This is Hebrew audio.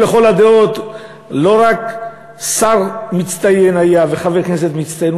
שהוא לכל הדעות לא היה רק שר מצטיין וחבר כנסת מצטיין,